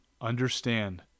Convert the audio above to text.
understand